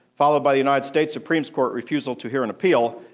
followed by the united states supreme court's refusal to hear an appeal,